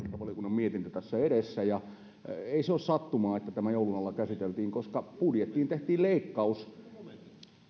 valiokunnan mietintö tässä edessäni ja ei se ole sattumaa että tämä joulun alla käsiteltiin koska budjettiin tehtiin leikkaus